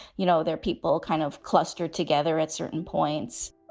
you know, they're people kind of cluster together at certain points